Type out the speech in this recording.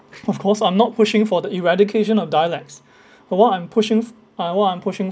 of course I'm not pushing for the eradication of dialects but what I'm pushing uh what I'm pushing